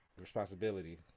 responsibility